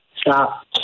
stop